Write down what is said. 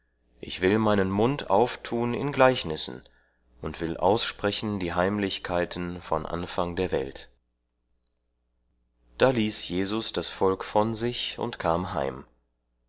ich will meinen mund auf tun in gleichnissen und will aussprechen die heimlichkeiten von anfang der welt da ließ jesus das volk von sich und kam heim